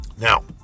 Now